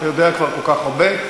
אתה יודע כבר כל כך הרבה.